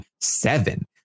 seven